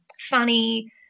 funny